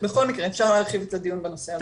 בכל מקרה, אפשר להרחיב את הדיון בנושא הזה.